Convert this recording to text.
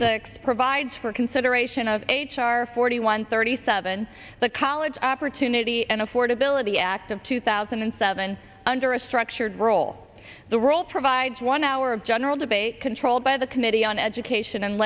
six provides for consideration of h r forty one thirty seven the college opportunity and affordability act of two thousand and seven under a structured role the role provides one hour of general debate controlled by the committee on education and